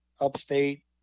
upstate